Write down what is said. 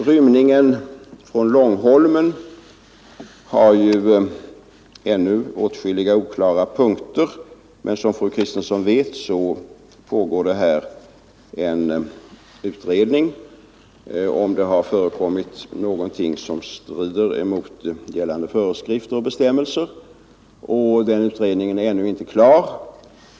Rymningen från Långholmen har ju ännu åtskilliga oklara punkter. Som fru Kristensson vet pågår det en utredning, som skall undersöka om det har förekommit någonting som strider mot gällande föreskrifter och bestämmelser, och den utredningen är ännu inte färdig.